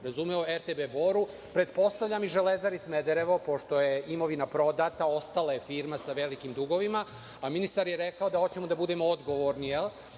razumeo RTB Boru, pretpostavljam i „Železari Smederevo“, pošto je imovina prodata, ostala je firma sa velikim dugovima, a ministar je rekao da hoćemo da budemo odgovorni